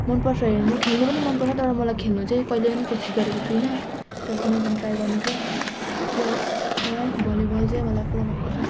मन पर्छ हेर्नु खेल्नु पनि मन पर्छ तर मलाई खेल्नु चाहिँ कहिले पनि कोसिस गरेको छुइनँ तर कुनै दिन ट्राई गर्नेछु त्यो कारण भलिबल चाहिँ मलाई पुरा मन पर्छ